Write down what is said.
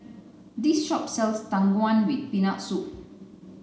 this shop sells Tang Wan with peanut soup